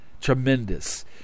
Tremendous